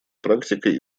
практикой